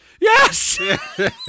Yes